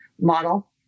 model